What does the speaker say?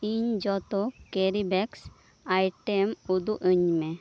ᱤᱧ ᱡᱷᱚᱛᱚ carry bags item ᱩᱫᱩᱜ ᱟᱹᱧᱢᱮ